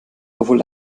obwohl